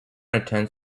attend